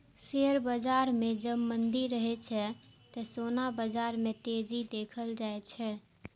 share बाजार मे जब मंदी रहै छै, ते सोना बाजार मे तेजी देखल जाए छै